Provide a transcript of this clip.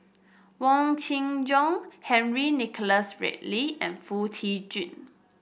Wong Kin Jong Henry Nicholas Ridley and Foo Tee Jun